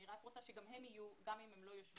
אני רק רוצה שגם הם יהיו, גם אם הם לא יושבים.